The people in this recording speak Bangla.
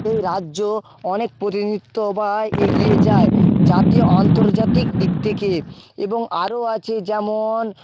এই রাজ্য অনেক প্রতিনিধিত্ব বা এগিয়ে যায় জাতীয় আন্তর্জাতিক দিক থেকে এবং আরো আছে যেমন